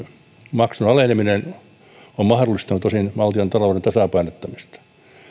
maksun aleneminen on mahdollistanut osin valtiontalouden tasapainottamista